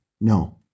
no